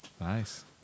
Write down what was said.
Nice